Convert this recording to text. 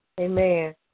Amen